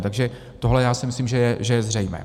Takže tohle si myslím, že je zřejmé.